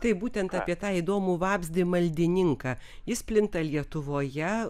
taip būtent apie tą įdomų vabzdį maldininką jis plinta lietuvoje